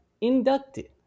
inducted